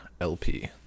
LP